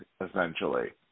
essentially